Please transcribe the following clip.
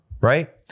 right